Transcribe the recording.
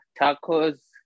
tacos